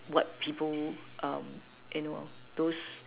what people you know those